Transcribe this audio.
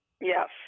Yes